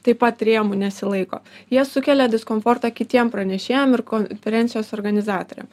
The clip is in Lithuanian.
taip pat rėmų nesilaiko jie sukelia diskomfortą kitiem pranešėjam ir konferencijos organizatoriam